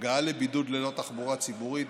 הגעה לבידוד ללא תחבורה ציבורית,